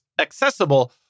accessible